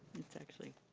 that's actually.